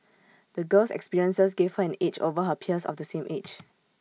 the girl's experiences gave her an edge over her peers of the same age